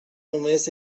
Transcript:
només